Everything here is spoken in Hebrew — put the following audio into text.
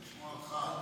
לשמוע אותך.